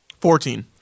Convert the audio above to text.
Fourteen